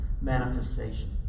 manifestation